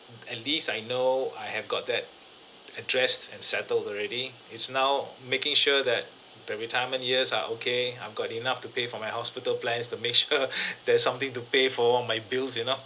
at least I know I have got that addressed and settled already it's now making sure that the retirement years are okay I've got enough to pay for my hospital plans to make sure there's something to pay for my bills you know